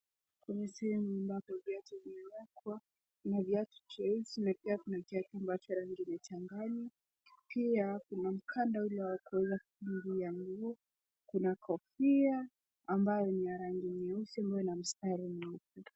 Kwenye sehemu ambayo viatu vimewekwa na viatu nyeusi, na pia kuna kiatu ambacho rangi inachanganya. Pia kuna mkanda ule wa kuweza kufungia nguo. Kuna kofia ambayo ni ya rangi nyeusi, ambayo ina mstari mweupe.